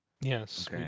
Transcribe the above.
Yes